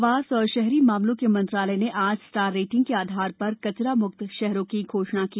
आवास और शहरी मामलों के मंत्रालय ने आज स्टार रेटिंग के आधार पर कचरा म्क्त शहरों की घोषणा की